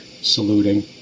saluting